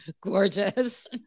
gorgeous